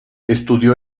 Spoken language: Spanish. estudió